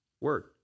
word